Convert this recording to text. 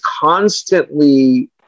constantly